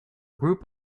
group